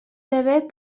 poden